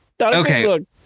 Okay